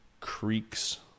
creaks